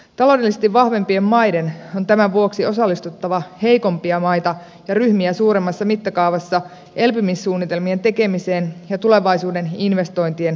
taloudellisesti vahvempien maiden on tämän vuoksi osallistuttava heikompia maita ja ryhmiä suuremmassa mittakaavassa elpymissuunnitelmien tekemiseen ja tulevaisuuden investointien rahoittamiseen